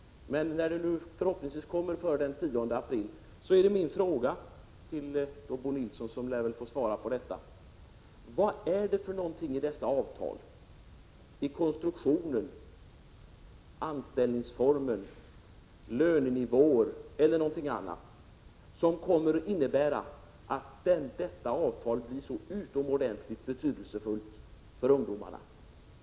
Men när det nu förhoppningsvis blir klart före den 10 april, lyder min fråga till Bo Nilsson, som lär få svara: Vad är det för någonting i dessa avtal — i konstruktionen, anställningsformen, lönenivåer eller någonting annat — som kommer att innebära att avtalen blir så utomordentligt betydelsefulla för ungdomarna?